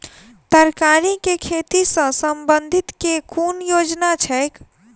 तरकारी केँ खेती सऽ संबंधित केँ कुन योजना छैक?